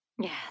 Yes